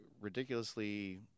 ridiculously